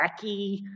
wacky